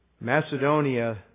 Macedonia